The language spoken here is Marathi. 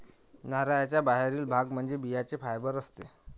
नारळाचा बाहेरील भाग म्हणजे बियांचे फायबर असते